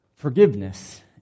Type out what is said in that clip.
Forgiveness